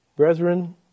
Brethren